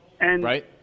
Right